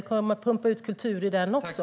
Vi kommer att pumpa ut kultur i den också.